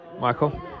Michael